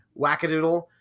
wackadoodle